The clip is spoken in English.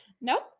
Nope